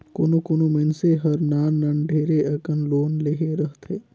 कोनो कोनो मइनसे हर नान नान ढेरे अकन लोन लेहे रहथे